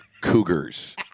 Cougars